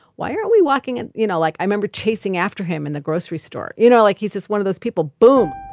why aren't we walking and you know, like, i remember chasing after him in the grocery store. you know, like, he's just one of those people boom.